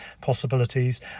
possibilities